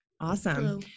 Awesome